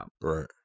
Right